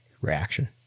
reaction